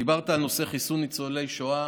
דיברת על נושא חיסון ניצולי שואה.